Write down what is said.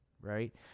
Right